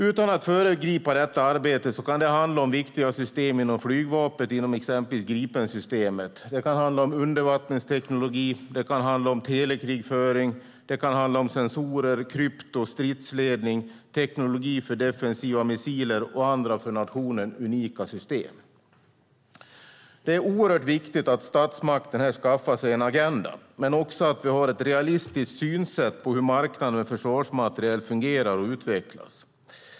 Utan att vilja föregripa detta arbete kan jag säga att det kan handla om viktiga system inom flygvapnet, exempelvis inom Gripensystemet, undervattensteknologi, telekrigföring, sensorer, krypto, stridsledning, teknologi för defensiva missiler och andra för nationen unika system. Det är viktigt att statsmakten här skaffar sig en agenda, men också att vi har ett realistiskt synsätt när det gäller hur marknaden för försvarsmateriel fungerar och utvecklas.